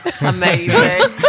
Amazing